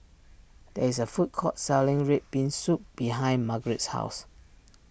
there is a food court selling Red Bean Soup behind Margret's house